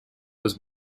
was